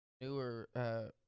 newer